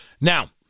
Now